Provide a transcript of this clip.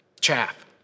Chaff